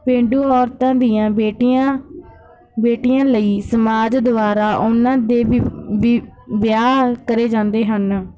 ਪੇਂਡੂ ਔਰਤਾਂ ਦੀਆਂ ਬੇਟੀਆਂ ਬੇਟੀਆਂ ਲਈ ਸਮਾਜ ਦੁਆਰਾ ਉਨ੍ਹਾਂ ਦੇ ਵਿਵਾ ਵਿ ਵਿਆਹ ਕਰੇ ਜਾਂਦੇ ਹਨ